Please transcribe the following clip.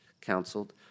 counseled